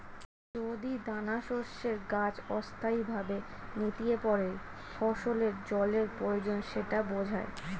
যদি দানাশস্যের গাছ অস্থায়ীভাবে নেতিয়ে পড়ে ফসলের জলের প্রয়োজন সেটা বোঝায়